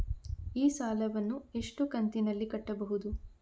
ಈ ಸಾಲವನ್ನು ಎಷ್ಟು ಕಂತಿನಲ್ಲಿ ಕಟ್ಟಬಹುದು?